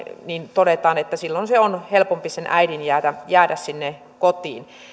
todetaan että silloin on helpompi sen äidin jäädä jäädä sinne kotiin